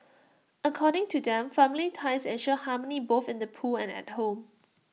according to them family ties ensure harmony both in the pool and at home